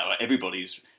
Everybody's